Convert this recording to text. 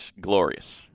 glorious